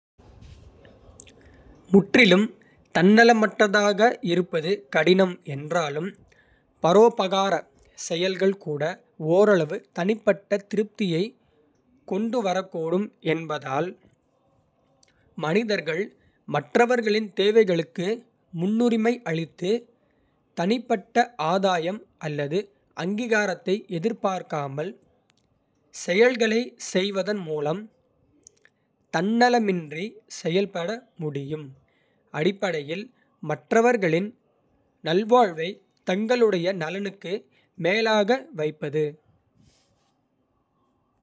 முற்றிலும் தன்னலமற்றதாக இருப்பது கடினம் என்றாலும், பரோபகார செயல்கள் கூட ஓரளவு தனிப்பட்ட திருப்தியைக் கொண்டு வரக்கூடும் என்பதால். மனிதர்கள் மற்றவர்களின் தேவைகளுக்கு முன்னுரிமை அளித்து, தனிப்பட்ட ஆதாயம் அல்லது அங்கீகாரத்தை எதிர்பார்க்காமல் செயல்களைச் செய்வதன் மூலம் தன்னலமின்றி செயல்பட முடியும். அடிப்படையில், மற்றவர்களின் நல்வாழ்வை தங்களுடைய நலனுக்கு மேலாக வைப்பது.